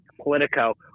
politico